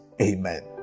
Amen